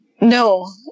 No